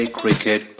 cricket